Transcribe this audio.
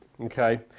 Okay